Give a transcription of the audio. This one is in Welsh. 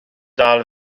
dal